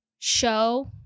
show